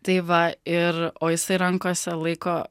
tai va ir o jisai rankose laiko